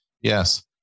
Yes